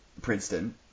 Princeton